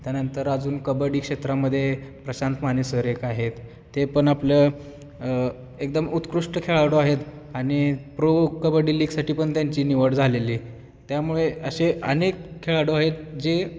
त्यानंतर अजून कबड्डी क्षेत्रामध्ये प्रशांत माने सर एक आहेत ते पण आपलं एकदम उत्कृष्ट खेळाडू आहेत आणि प्रो कबड्डी लीगसाठी पण त्यांची निवड झालेली त्यामुळे असे अनेक खेळाडू आहेत जे